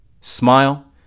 Smile